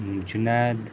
Junaid